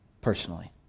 Personally